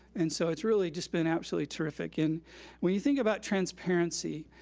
and so it's really just been absolutely terrific. and when you think about transparency,